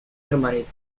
hermanito